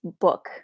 book